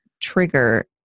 trigger